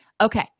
okay